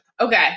okay